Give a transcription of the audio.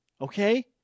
Okay